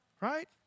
right